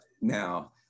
now